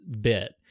bit